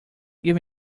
give